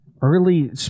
early